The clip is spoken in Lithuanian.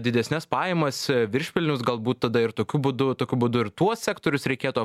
didesnes pajamas viršpelnius galbūt tada ir tokiu būdu tokiu būdu ir tuos sektorius reikėtų